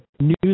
news